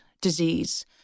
disease